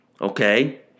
Okay